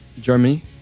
Germany